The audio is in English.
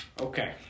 Okay